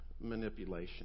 manipulation